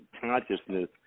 consciousness